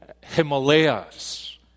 Himalayas